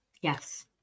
Yes